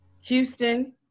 Houston